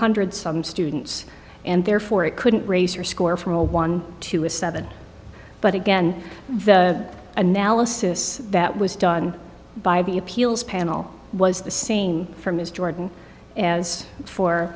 hundred some students and therefore it couldn't raise your score from a one to a seven but again the analysis that was done by the appeals panel was the scene from his jordan